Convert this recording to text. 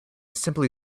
simply